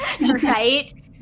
Right